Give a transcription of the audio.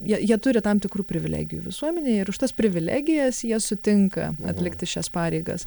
jie jie turi tam tikrų privilegijų visuomenėje ir už tas privilegijas jie sutinka atlikti šias pareigas